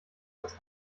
als